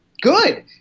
good